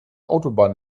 autobahn